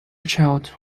child